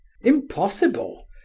impossible